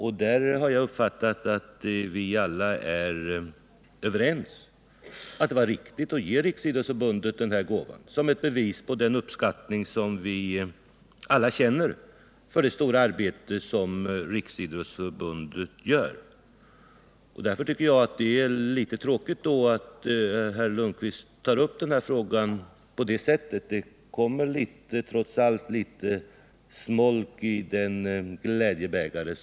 Jag har uppfattat det så att vi alla är överens om att det var riktigt att ge Riksidrottsförbundet den här gåvan som ett bevis på den uppskattning som vi alla känner för det stora arbete som Riksidrottsförbundet gör. Jag tycker därför att det är litet synd att herr Lundkvist tar upp frågan på det sätt som han gör. Det kommer därigenom trots allt litet smolk i glädjebägaren.